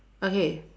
okay